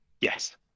Yes